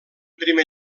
primer